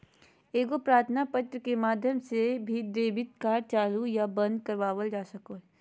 एगो प्रार्थना पत्र के माध्यम से भी डेबिट कार्ड चालू या बंद करवावल जा सको हय